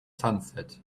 sunset